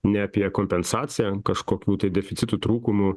ne apie kompensaciją kažkokių tai deficitų trūkumų